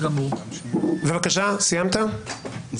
שמי שבידו סמכות שפיטה על פי דין,